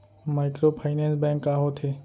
Microfinance bank का होथे?